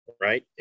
right